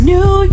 New